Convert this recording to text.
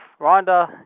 Rhonda